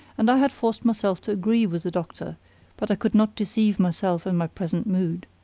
and i had forced myself to agree with the doctor but i could not deceive myself in my present mood.